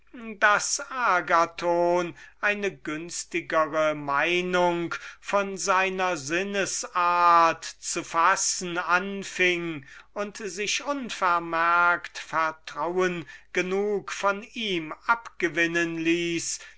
eine bessere meinung von seinem charakter zu fassen und sich unvermerkt so viel vertrauen von ihm abgewinnen ließ